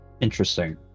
Interesting